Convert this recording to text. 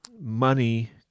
money